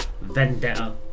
vendetta